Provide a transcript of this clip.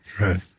Right